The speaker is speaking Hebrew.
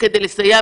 כדי לסייע.